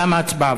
תמה ההצבעה.